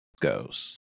goes